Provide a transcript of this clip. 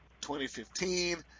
2015